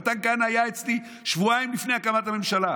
מתן כהנא היה אצלי שבועיים לפני הקמת הממשלה,